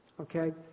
okay